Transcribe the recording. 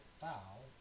foul